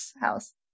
house